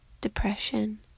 depression